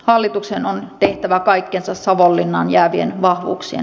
hallituksen on tehtävä kaikkensa savonlinnaan jäävien vahvuuksien